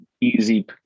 easy